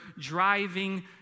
driving